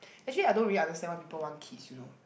actually I don't really understand why people want kids you know